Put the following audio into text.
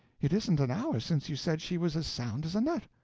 it isn't an hour since you said she was as sound as a nut.